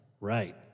right